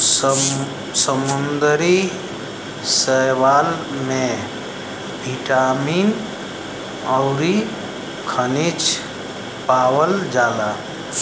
समुंदरी शैवाल में बिटामिन अउरी खनिज पावल जाला